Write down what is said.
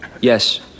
Yes